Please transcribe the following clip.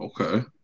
Okay